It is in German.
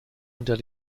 unter